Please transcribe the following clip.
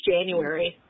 January